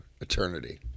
eternity